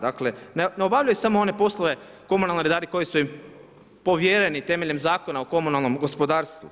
Dakle, ne obavljaju samo one poslove komunalni redari koji su im povjereni temeljem Zakona o komunalnom gospodarstvu.